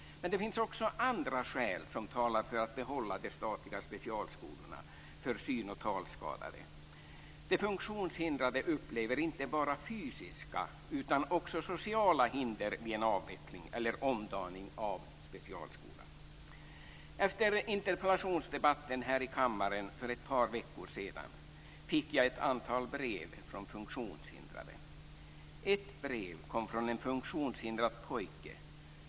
Det finns också andra skäl som talar för att behålla de statliga specialskolorna för syn och talskadade barn. De funktionshindrade upplever inte bara fysiska utan också sociala hinder vid en avveckling eller omdaning av specialskolan. Efter interpellationsdebatten här i kammaren för ett par veckor sedan fick jag ett antal brev från funktionshindrade. Ett brev kom från en funktionshindrad pojke.